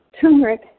turmeric